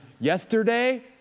yesterday